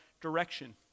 direction